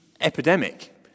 epidemic